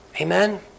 Amen